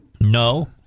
No